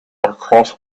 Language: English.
across